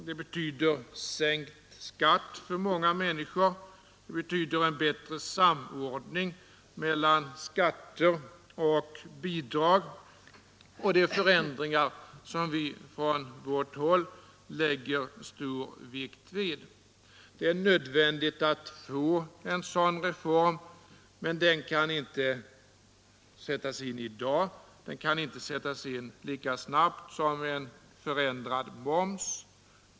Det betyder sänkt skatt för många människor, det betyder en bättre samordning mellan skatter och bidrag, och det är förändringar som vi från vårt håll fäster stor vikt vid. Det är nödvändigt att få en sådan reform, men den kan inte sättas in i dag, den kan inte sättas in lika snabbt som en förändrad moms.